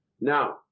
Now